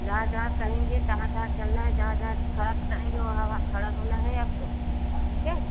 जहाँ जहाँ कहेंगे तहाँ तहाँ चलना है जहाँ जहाँ खड़ा कराएंगे वहाँ वहाँ खड़ा होना है आपको ठीक है